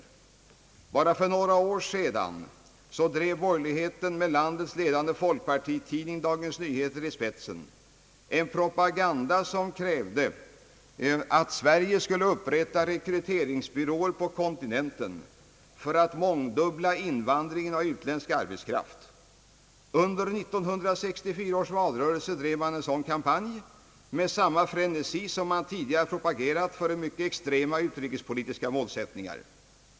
Enbart för några år sedan bedrev borgerligheten med landets ledande folkpartitidning, Dagens Nyheter, i spetsen en propaganda som krävde att Sverige skulle upprätta rekryteringsbyråer på kontinenten för att mångdubbla invandringen av arbetskraft. Under 1964 års valrörelse drev man en sådan kampanj med samma frenesi varmed man tidigare propagerat för mycket extrema utrikespolitiska målsättningar.